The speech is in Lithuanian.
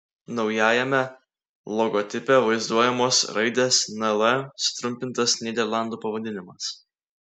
naujajame logotipe vaizduojamos raidės nl sutrumpintas nyderlandų pavadinimas